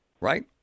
right